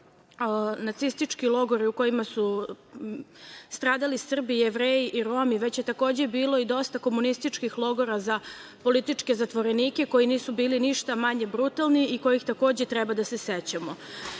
nacistički logori u kojima su stradali Srbi, Jevreji i Romi, već je takođe bilo i dosta komunističkih logora za političke zatvorenike koji nisu bili ništa manje brutalni i kojih takođe treba da se sećamo. Isto